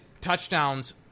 touchdowns